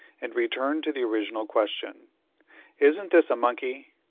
and returned to the original question isn't this a monkey?